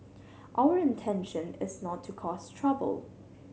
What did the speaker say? our intention is not to cause trouble